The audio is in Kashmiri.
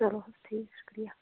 چَلو حظ ٹھیٖک شُکریہ